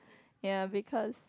ya because